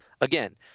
Again